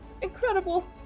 incredible